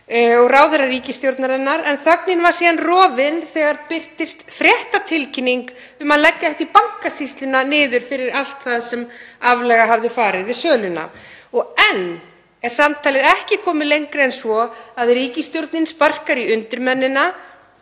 og ráðherra ríkisstjórnarinnar en þögnin var síðan rofin þegar birtist fréttatilkynning um að leggja ætti Bankasýslunni niður vegna alls þess sem aflaga hafði farið við söluna. Og enn er samtalið ekki komið lengra en svo að ríkisstjórnin sparkar í undirmennina